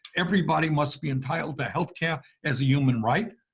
everybody must be entitled to healthcare as a human right.